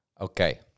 Okay